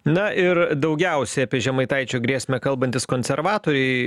na ir daugiausiai apie žemaitaičio grėsmę kalbantys konservatoriai